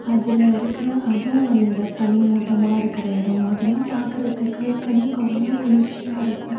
அதில் இருக்கிற அதுவும் அந்த பனிமூட்டமாக இருக்கிற எடம் அதெலாம் பார்க்கறதுக்கு கண்ணுக்கு அவ்வளோ குளிர்ச்சியாக இருக்கும்